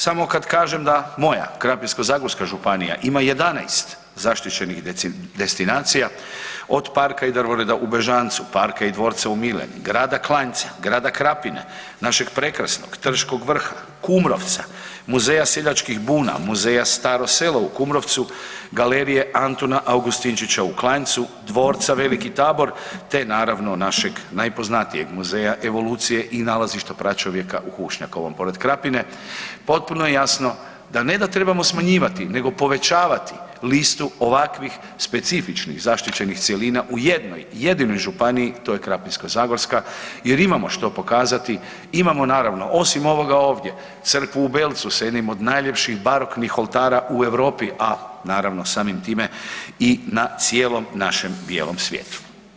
Samo kad kažem da moja Krapinsko-zagorska županija ima 11 zaštićenih destinacija, od parka i drvoreda u Bežanca, parka i dvorca u Mileni, grada Klanjca, grada Krapine, našeg prekrasnog Trškog vrha, Kumrovca, Muzeja seljačkih buna, Muzeja Staro selo u Kumrovcu, galerije Antuna Augustinčića u Klanjcu, dvorca Veliki Tabor te naravno našeg najpoznatije Muzeja evolucije i nalazišta pračovjeka u Hušnjakovom pored Krapine, potpuno je jasno da ne da trebamo smanjivati nego povećavati listu ovakvih specifičnih zaštićenih cjelina u jednoj, jedinoj županiji, to je Krapinsko-zagorska jer imamo što pokazati, imamo naravno osim ovoga ovdje, crkvu u Belcu sa jednim od najljepših baroknih oltara u Europi a naravno samim time i na cijelom našem bijelom svijetu.